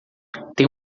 tem